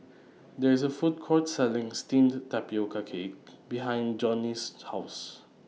There IS A Food Court Selling Steamed Tapioca Cake behind Jonnie's House